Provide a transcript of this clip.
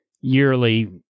yearly